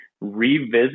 revisit